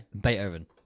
Beethoven